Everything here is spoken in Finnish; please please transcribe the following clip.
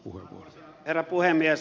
arvoisa herra puhemies